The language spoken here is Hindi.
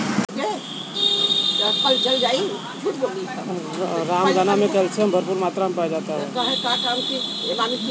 रामदाना मे कैल्शियम भरपूर मात्रा मे पाया जाता है